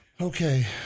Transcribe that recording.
Okay